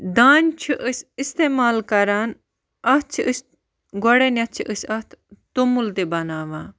دانہِ چھِ أسۍ اِستعمال کَران اَتھ چھِ أسۍ گۄڈنٮ۪تھ چھِ أسۍ اَتھ توٚمُل تہِ بَناوان